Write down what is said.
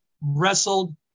wrestled